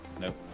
nope